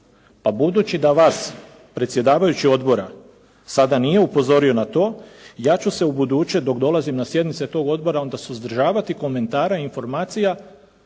a budući da vas predsjedavajući odbora sada nije upozorio na to, ja ću se ubuduće dok dolazim na sjednice tog odbora onda suzdržavati komentara i informacija